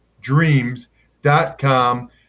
dreams.com